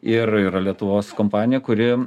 ir yra lietuvos kompanija kuri